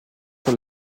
pour